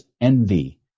envy